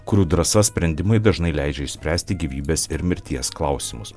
kurių drąsa sprendimai dažnai leidžia išspręsti gyvybės ir mirties klausimus